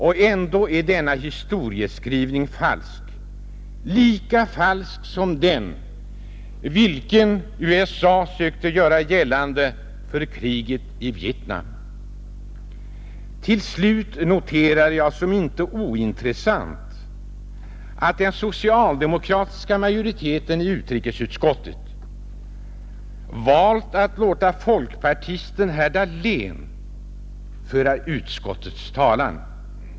Och ändå är denna historieskrivning falsk, lika falsk som den vilken USA sökte göra gällande för kriget i Vietnam. Till slut noterar jag såsom inte ointressant att den socialdemokratiska majoriteten i utrikesutskottet valt att låta folkpartisten herr Dahlén föra utskottets talan.